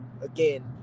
again